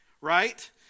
right